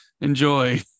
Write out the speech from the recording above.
Enjoy